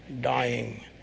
dying